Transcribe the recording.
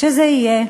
כשזה יהיה,